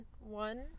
one